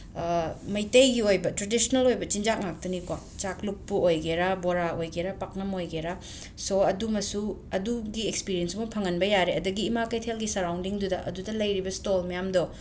ꯃꯩꯇꯩꯒꯤ ꯑꯣꯏꯕ ꯇ꯭ꯔꯦꯗꯤꯁꯅꯦꯜ ꯑꯣꯏꯕ ꯆꯤꯟꯖꯥꯛ ꯉꯥꯛꯇꯅꯤꯀꯣ ꯆꯥꯛꯂꯨꯛꯄꯨ ꯑꯣꯏꯒꯦꯔꯥ ꯕꯣꯔꯥ ꯑꯣꯏꯒꯦꯔꯥ ꯄꯥꯛꯅꯝ ꯑꯣꯏꯒꯦꯔꯥ ꯁꯣ ꯑꯗꯨꯃꯁꯨ ꯑꯗꯨꯒꯤ ꯑꯦꯛꯁꯄꯤꯔꯤꯌꯦꯟꯁꯇꯨ ꯑꯃ ꯐꯪꯍꯟꯕ ꯌꯥꯔꯦ ꯑꯗꯒꯤ ꯏꯃꯥ ꯀꯩꯊꯦꯜꯒꯤ ꯁꯔꯥꯎꯟꯗꯤꯡꯗꯨꯗ ꯑꯗꯨꯗ ꯂꯩꯔꯤꯕ ꯏꯁꯇꯣꯜ ꯃꯌꯥꯝꯗꯣ